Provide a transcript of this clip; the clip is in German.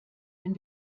wenn